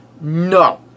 No